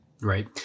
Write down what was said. Right